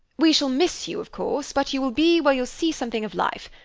we shall miss you, of course, but you will be where you'll see something of life,